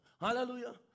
Hallelujah